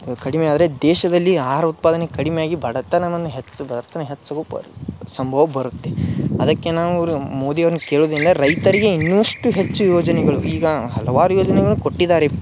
ಕಡಿಮೆ ಆದರೆ ದೇಶದಲ್ಲಿ ಆಹಾರ ಉತ್ಪಾದನೆ ಕಡಿಮೆ ಆಗಿ ಬಡತನವನ್ನ ಹೆಚ್ಚು ಬಡತನ ಹೆಚ್ಚು ರೂಪ ಸಂಭವ ಬರುತ್ತೆ ಅದಕ್ಕೆ ನಾವು ಅವ್ರ ಮೋದಿಯವ್ರನ್ನ ಕೆಳುದರಿಂದ ರೈತರಿಗೆ ಇನ್ನಷ್ಟು ಹೆಚ್ಚು ಯೊಜನೆಗಳು ಈಗ ಹಲವಾರು ಯೊಜನೆಗಳು ಕೊಟ್ಟಿದ್ದಾರೆ